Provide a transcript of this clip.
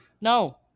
No